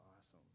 awesome